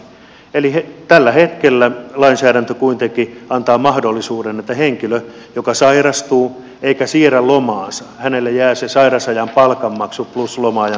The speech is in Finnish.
eli tällä hetkellä lainsäädäntö kuitenkin antaa mahdollisuuden että henkilölle joka sairastuu eikä siirrä lomaansa jää se sairausajan palkanmaksu plus loma ajan palkka